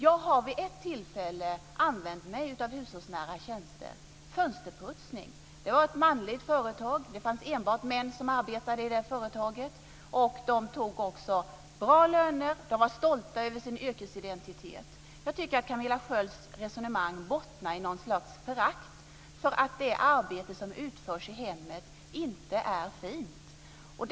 Jag har vid ett tillfälle använt mig av hushållsnära tjänster, fönsterputsning. Det var ett manligt företag, det fanns enbart män som arbetade i det företaget. De tog bra betalt, de var stolta över sin yrkesidentitet. Jag tycker att Camilla Sköld Janssons resonemang bottnar i något slags förakt för att det arbete som utförs i hemmet inte är fint.